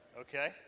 Okay